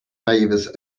favours